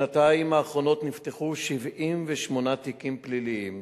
בשנתיים האחרונות נפתחו כ-78 תיקים פליליים